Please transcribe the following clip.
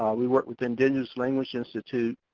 we worked with indigenous language institute,